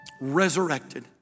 resurrected